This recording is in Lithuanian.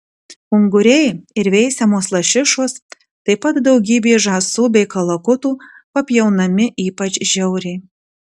unguriai ir veisiamos lašišos taip pat daugybė žąsų bei kalakutų papjaunami ypač žiauriai